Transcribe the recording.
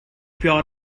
pure